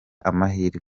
amahirwe